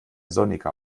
sonniger